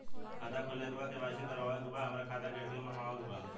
खाता खोले के बा के.वाइ.सी करावे के बा हमरे खाता के ए.टी.एम मगावे के बा?